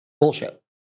bullshit